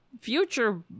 future